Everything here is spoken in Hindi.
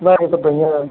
बाकी सब बढ़ियाँ है